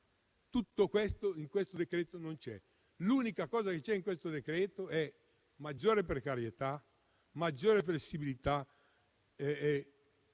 Tutto questo, in questo decreto, non c'è. L'unica cosa che c'è in questo decreto è maggiore precarietà e maggiore flessibilità.